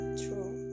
true